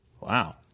Wow